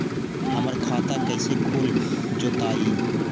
हमर खाता कैसे खुल जोताई?